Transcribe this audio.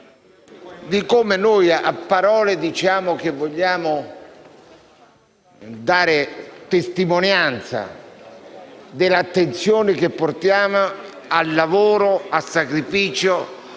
di come noi, a parole, diciamo di voler dare testimonianza dell'attenzione che portiamo al lavoro e al sacrificio